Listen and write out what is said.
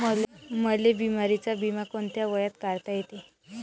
मले बिमारीचा बिमा कोंत्या वयात काढता येते?